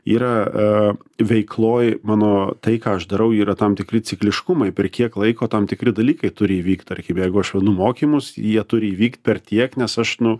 yra veikloj mano tai ką aš darau yra tam tikri cikliškumai per kiek laiko tam tikri dalykai turi įvykti tarkim jeigu aš vedu mokymus jie turi įvykt per tiek nes aš nu